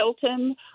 Hilton